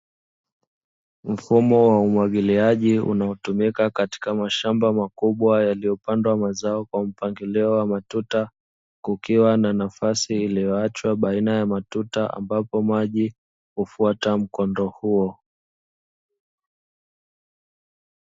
Mfumo wa umwagiliaji unaotumika katika mashamba makubwa yaliyopandwa mazao kwa mpangilio wa matuta, kukiwa na nafasi iliyoachwa baina ya matuta ambapo maji kufuata mkondo huo.